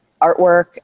artwork